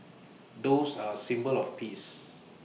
doves are symbol of peace